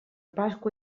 pasqua